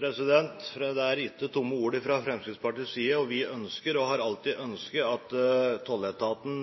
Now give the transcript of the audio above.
er ikke tomme ord fra Fremskrittspartiets side. Vi ønsker – og har alltid ønsket – at jobben tolletaten